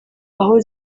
aho